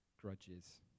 Grudges